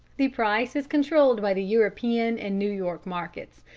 the price is controlled by the european and new york markets.